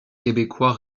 québécois